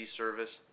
service